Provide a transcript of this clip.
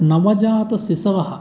नवजातशिशवः